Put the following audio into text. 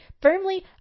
firmly